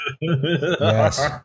Yes